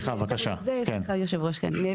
כרגע עוברים ודוח מרכז המחקר והמידע נותן לנו את המסגרת.